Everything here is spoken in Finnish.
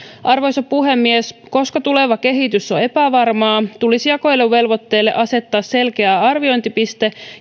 arvoisa puhemies koska tuleva kehitys on epävarmaa tulisi jakeluvelvoitteille asettaa selkeä arviointipiste